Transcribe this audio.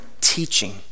teaching